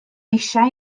eisiau